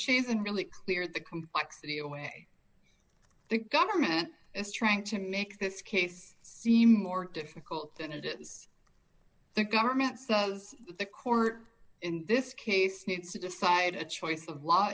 isn't really clear the complexity or way the government is trying to make this case seem more difficult than it is the government says the court in this case needs to decide a choice of law